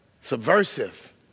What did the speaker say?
subversive